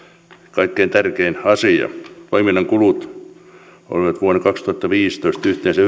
kaikkein tärkein asia toiminnan kulut olivat vuonna kaksituhattaviisitoista yhteensä